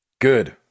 Good